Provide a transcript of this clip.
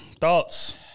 Thoughts